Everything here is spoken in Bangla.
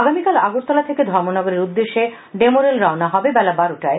আগামীকাল আগরতলা থেকে ধর্মনগরের উদ্দেশ্যে ডেমো রেল রওনা হবে দুপুর বারোটায়